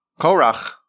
Korach